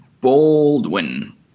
Baldwin